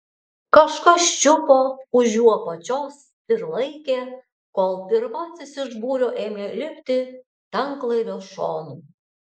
kažkas čiupo už jų apačios ir laikė kol pirmasis iš būrio ėmė lipti tanklaivio šonu